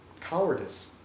cowardice